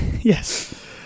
Yes